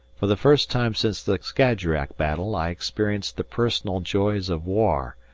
for the first time since the skajerack battle i experienced the personal joys of war,